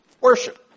worship